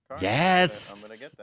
yes